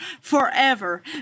forever